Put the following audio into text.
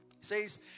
says